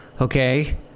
okay